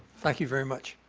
thank you very much.